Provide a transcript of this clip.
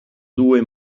due